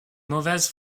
mauvaises